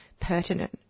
pertinent